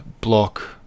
block